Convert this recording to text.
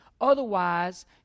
Otherwise